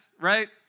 right